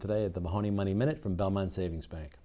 today the money money minute from belmont savings bank